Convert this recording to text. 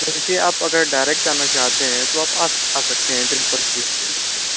देखिए अगर आप डायरेक्ट आना चाहते हैं तो आप आ आ सकते हैं ट्रिपल सी के लिए